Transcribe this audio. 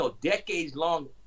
decades-long